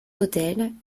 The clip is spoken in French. autels